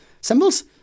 symbols